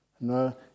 No